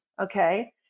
Okay